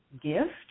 Gift